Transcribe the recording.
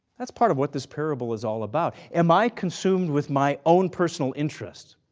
that's part of what this parable is all about. am i consumed with my own personal interest?